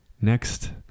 Next